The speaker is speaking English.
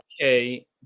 okay